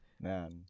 Man